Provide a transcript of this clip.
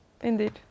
indeed